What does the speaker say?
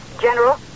General